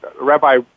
Rabbi